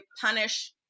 punish